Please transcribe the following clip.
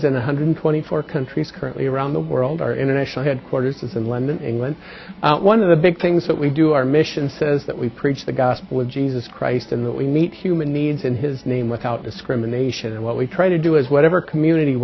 one hundred twenty four countries currently around the world our international headquarters is in london england one of the big things that we do our mission says that we preach the gospel of jesus christ and that we meet human needs in his name without discrimination and what we try to do is whatever community